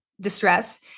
distress